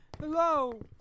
Hello